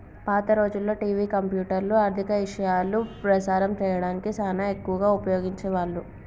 పాత రోజుల్లో టివి, కంప్యూటర్లు, ఆర్ధిక ఇశయాలు ప్రసారం సేయడానికి సానా ఎక్కువగా ఉపయోగించే వాళ్ళు